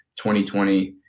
2020